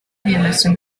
violación